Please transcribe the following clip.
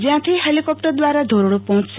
જ્યાંથી હેલીકોપ્ટર દ્વારા ધોરડો પહોયશે